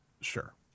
sure